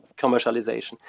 commercialization